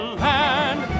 land